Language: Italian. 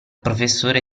professore